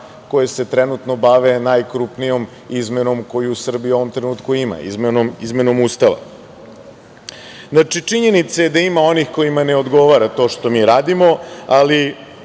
koje se trenutno bave najkrupnijom izmenom koju Srbija u ovom trenutku ima, izmenom Ustava. Znači, činjenica je da ima onih kojima ne odgovara to što mi radimo, ali